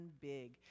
big